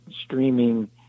streaming